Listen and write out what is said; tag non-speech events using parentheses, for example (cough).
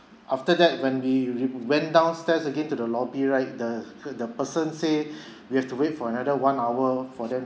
after that when we w~ went downstairs again to the lobby right the the person say (breath) we have to wait for another one hour for them